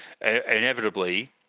Inevitably